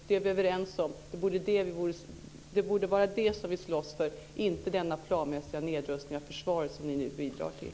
Det är vi överens om så det borde vara det som vi slåss för, inte denna planmässiga nedrustning av försvaret som ni nu bidrar till!